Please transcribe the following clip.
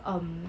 um